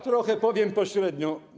Trochę powiem pośrednio.